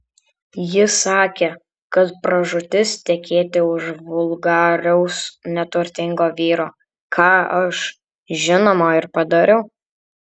ji sakė kad pražūtis tekėti už vulgaraus neturtingo vyro ką aš žinoma ir padariau